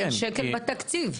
אין שקל בתקציב,